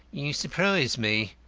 you surprise me,